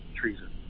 treason